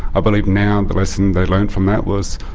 i believe now the lesson they learned from that was,